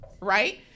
right